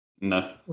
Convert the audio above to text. no